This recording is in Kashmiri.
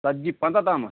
ژتجی پنٛژاہ تامتھ